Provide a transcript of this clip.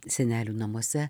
senelių namuose